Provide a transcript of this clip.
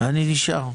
אני נשאר.